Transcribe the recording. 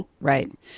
Right